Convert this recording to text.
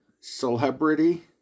celebrity